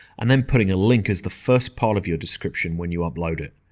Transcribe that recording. and then putting a link as the first part of your description when you upload it.